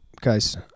guys